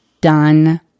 done